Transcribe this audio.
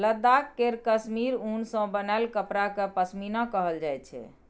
लद्दाख केर काश्मीर उन सँ बनाएल कपड़ा केँ पश्मीना कहल जाइ छै